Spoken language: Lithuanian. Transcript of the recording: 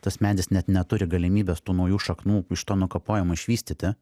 tas medis net neturi galimybės tų naujų šaknų iš to nukapojimo išvystyti